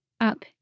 up